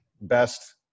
best